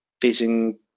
facing